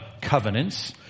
covenants